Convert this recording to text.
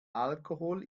alkohol